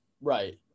Right